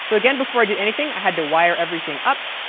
so again, before i did anything i had to wire everything up,